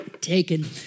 taken